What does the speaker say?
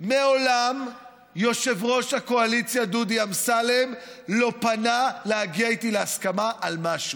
מעולם יושב-ראש הקואליציה דודי אמסלם לא פנה להגיע איתי להסכמה על משהו.